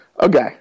Okay